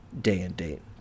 day-and-date